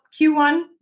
Q1